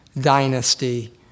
dynasty